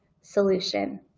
solution